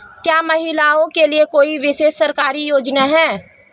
क्या महिलाओं के लिए कोई विशेष सरकारी योजना है?